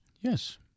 Yes